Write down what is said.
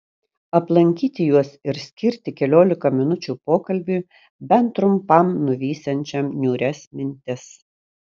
aplankyti juos ir skirti keliolika minučių pokalbiui bent trumpam nuvysiančiam niūrias mintis